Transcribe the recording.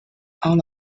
all